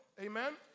Amen